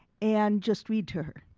and just read to her.